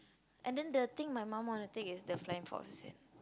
and then the thing my mum want to take is the flying fox is it